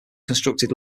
constructed